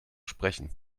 sprechen